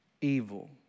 evil